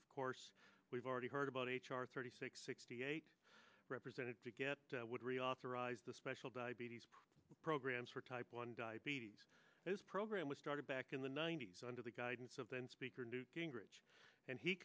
of course we've already heard about h r thirty six sixty eight represented to get reauthorize the special diabetes programs for type one diabetes this program was started back in the ninety's under the guidance of then speaker newt gingrich and he